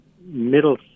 middle